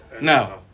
Now